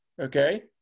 okay